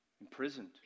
imprisoned